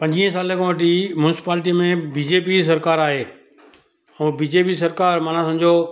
पंजवीहु सालें खां वठी मून्सिपाल्टीअ में बी जे पी जी सरकारि आहे उहो बी जे पी सरकारि माना समुझो